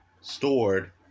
stored